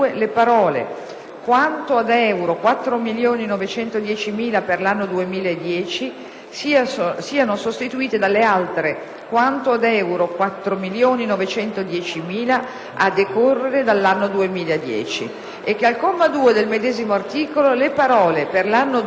"quanto ad euro 4.910.000 per l'anno 2010" siano sostituite dalle altre: "quanto ad euro 4.910.000 a decorrere dall'anno 2010" e che al comma 2 del medesimo articolo le parole: "per l'anno 2010"